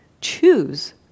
choose